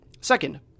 Second